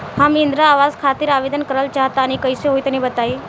हम इंद्रा आवास खातिर आवेदन करल चाह तनि कइसे होई तनि बताई?